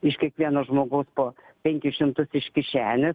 iš kiekvieno žmogaus po penkis šimtus iš kišenės